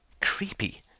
creepy